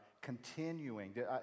Continuing